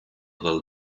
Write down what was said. dal